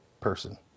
person